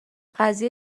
قضیه